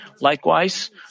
Likewise